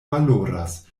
valoras